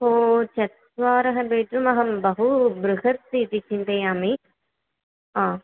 ओ चत्वारः बेड्रूम् अहं बहू बृहत् इति चिन्तयामि हा